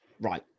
right